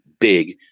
big